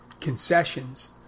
concessions